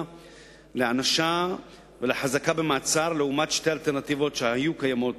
להענשה ולהחזקה במעצר לעומת שתי האלטרנטיבות שהיו קיימות